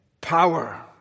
power—